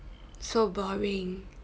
so boring